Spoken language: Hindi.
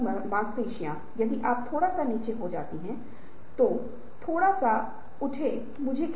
इसलिए दृष्टि एक प्रेरक शक्ति है जो संगठन करना चाहता है